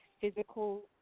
physical